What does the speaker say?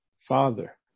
father